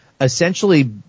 Essentially